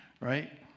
Right